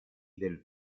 del